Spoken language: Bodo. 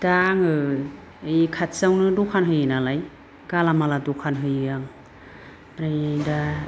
दा आङो बै खाथियावनो दखान होयो नालाय गालामाल दखान होयो आं ओमफ्राय दा